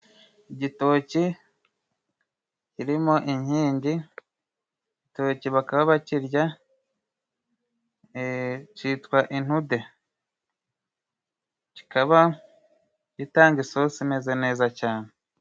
Igitoki kiri mo inkingi, igitoki bakaba bakirya, cyitwa intude. Kikaba gitanga isosi imeze neza cyane.